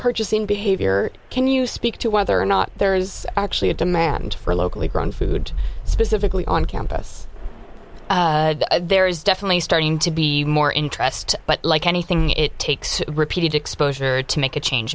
purchasing behavior can you speak to whether or not actually a demand for locally grown food specifically on campus there is definitely starting to be more interest but like anything it takes repeated exposure to make a change